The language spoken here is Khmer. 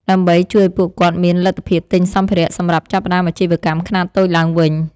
ដើម្បីជួយឱ្យពួកគាត់មានលទ្ធភាពទិញសម្ភារៈសម្រាប់ចាប់ផ្ដើមអាជីវកម្មខ្នាតតូចឡើងវិញ។